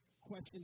question